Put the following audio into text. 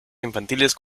infantiles